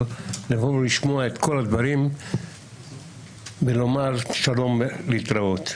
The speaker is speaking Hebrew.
לבוא ולשמוע את כל הדברים ולומר שלום ולהתראות.